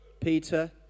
Peter